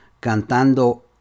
cantando